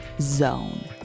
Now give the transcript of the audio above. .zone